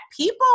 people